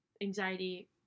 anxiety